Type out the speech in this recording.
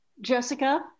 jessica